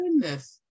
goodness